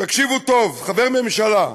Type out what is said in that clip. תקשיבו טוב, חבר ממשלה,